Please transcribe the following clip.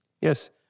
Yes